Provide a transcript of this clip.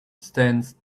stands